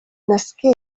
nasqué